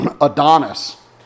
Adonis